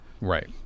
right